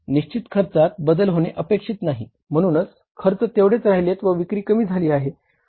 निश्चित खर्चात बदल होणे अपेक्षित नाही म्हणूनच खर्च तेवढेच राहिलेत व विक्री कमी झाली आहे